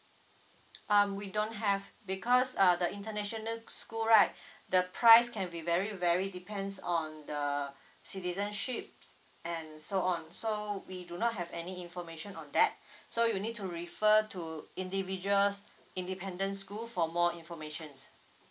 um we don't have because uh the international school right the price can be vary vary depends on the citizenship and so on so we do not have any information on that so you need to refer to individuals independent school for more informations